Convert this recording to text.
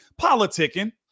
politicking